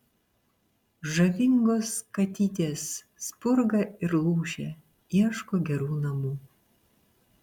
žavingos katytės spurga ir lūšė ieško gerų namų